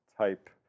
type